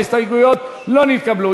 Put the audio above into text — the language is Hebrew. ההסתייגויות לא נתקבלו.